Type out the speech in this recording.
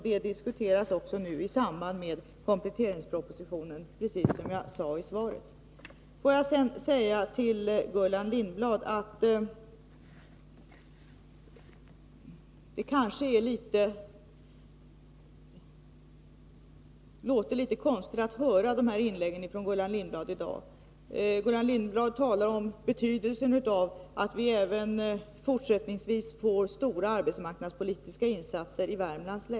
Det diskuteras nu i samband med kompletteringspropositionen, precis som jag sade i svaret. Får jag sedan säga att det är litet konstigt att höra Gullan Lindblad i dag tala om betydelsen av att vi även fortsättningsvis får stora arbetsmarknadspolitiska insatser i Värmlands län.